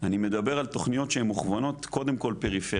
אני מדבר על תכניות שהן מכוונות קודם כל פריפריה.